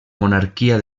monarquia